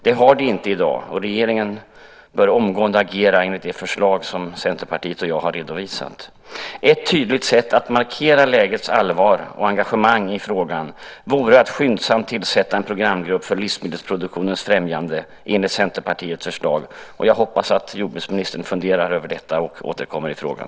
Det får det inte i dag, och regeringen bör omgående agera enligt det förslag som Centerpartiet och jag har redovisat. Ett tydligt sätt att markera lägets allvar och ett engagemang i frågan vore att skyndsamt tillsätta en programgrupp för livsmedelsproduktionens främjande enligt Centerpartiets förslag. Jag hoppas att jordbruksministern funderar över detta och återkommer i frågan.